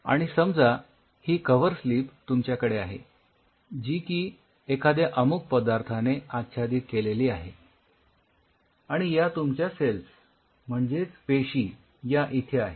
आणि समजा ही कव्हर स्लिप तुमच्याकडे आहे जी की एखाद्या अमुक पदार्थाने आच्छादित केलेली आहे आणि या तुमच्या सेल्स म्हणजेच पेशी या इथे आहेत